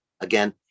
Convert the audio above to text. again